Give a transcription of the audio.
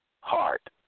heart